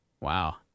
Wow